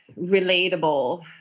relatable